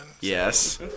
Yes